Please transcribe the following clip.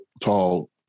tall